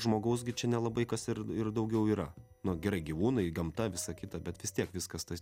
žmogaus gi čia nelabai kas ir ir daugiau yra nu gerai gyvūnai gamta visa kita bet vis tiek viskas tas